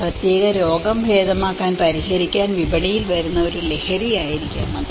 ഒരു പ്രത്യേക രോഗം ഭേദമാക്കാൻ പരിഹരിക്കാൻ വിപണിയിൽ വരുന്ന ഒരു ലഹരിയായിരിക്കാം അത്